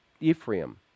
ephraim